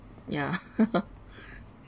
yeah